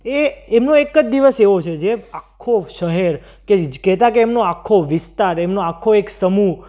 એ એમનો એક જ દિવસ એવો છે જે આખો શહેર કે કે ત્યાં એમનો આખો વિસ્તાર એમનો આખો એક સમૂહ